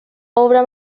obra